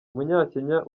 umunyakenya